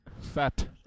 Fat